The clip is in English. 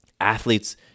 Athletes